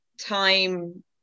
time